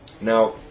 Now